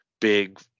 Big